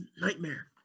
nightmare